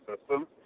systems